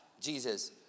Jesus